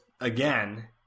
again